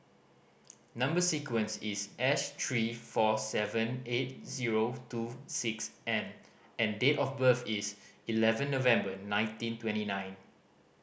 number sequence is S three four seven eight zero two six N and date of birth is eleven November nineteen twenty nine